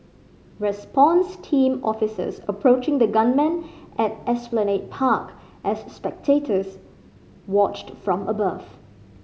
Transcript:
response team officers approaching the gunman at Esplanade Park as spectators watched from above